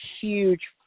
huge